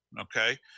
okay